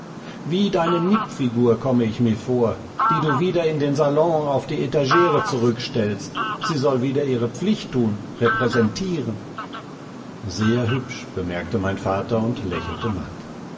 wie deine nippfigur komme ich mir vor die du wieder in den salon auf die etagere zurückstellst sie soll wieder ihrer pflicht tun repräsentieren sehr hübsch bemerkte mein vater und lächelte matt